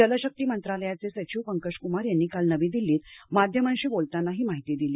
जलशक्ती मंत्रालयाचे सचिव पंकजक्मार यांनी काल नवी दिल्लीत माध्यमांशी बोलताना ही माहिती दिली